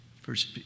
First